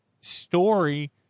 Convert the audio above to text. story